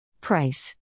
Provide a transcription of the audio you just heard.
Price